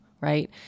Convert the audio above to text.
right